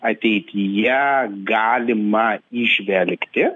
ateityje galima įžvelgti